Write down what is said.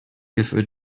giving